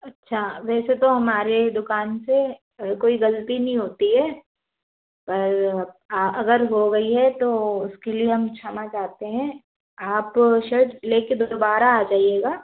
अच्छा वैसे तो हमारी दुकान से कोई गलती नहीं होती है पर आ अगर हो गई है तो उसके लिए हम क्षमा चाहते हैं आप शर्ट लेके दोबारा आ जाइएगा